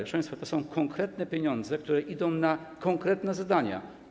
Proszę państwa, to są konkretne pieniądze, które idą na konkretne zadania.